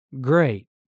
great